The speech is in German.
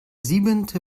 siebente